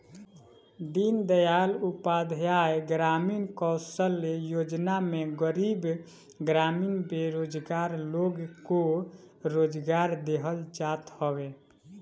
दीनदयाल उपाध्याय ग्रामीण कौशल्य योजना में गरीब ग्रामीण बेरोजगार लोग को रोजगार देहल जात हवे